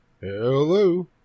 Hello